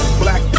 black